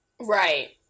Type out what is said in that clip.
Right